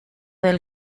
del